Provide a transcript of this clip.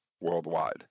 worldwide